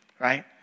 right